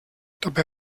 dabei